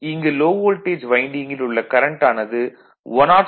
இங்கு low voltage வைண்டிங்கில் உள்ள கரண்ட் ஆனது 106